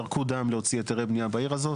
ירקו דם להוציא היתרי בנייה בעיר הזאת.